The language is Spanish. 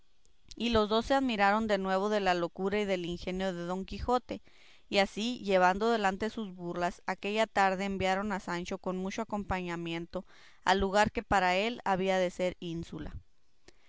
y los dos se admiraron de nuevo de la locura y del ingenio de don quijote y así llevando adelante sus burlas aquella tarde enviaron a sancho con mucho acompañamiento al lugar que para él había de ser ínsula